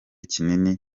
kinini